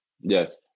Yes